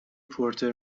پورتر